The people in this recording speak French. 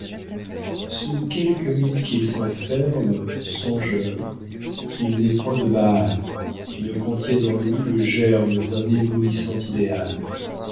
sous quelque mythe qu'il s'enferme songeur il n'est point de baal qui ne contienne en lui le germe d'un éblouissant idéal